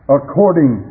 according